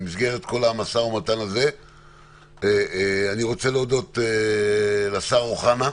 במסגרת המשא-ומתן הזה אני רוצה להודות לשר אוחנה,